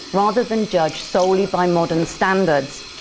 rather than judge solely by modern standards.